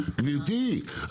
גבירתי,